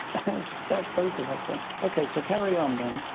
and so that's both of us, then. ok, so carry on, then.